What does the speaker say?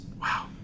Wow